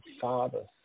Father